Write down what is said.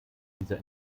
dieser